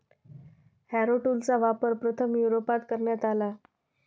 Harrow टूलचा वापर प्रथम युरोपात करण्यात आला